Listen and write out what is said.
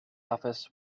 office